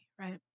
right